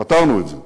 פתרנו את זה.